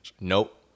Nope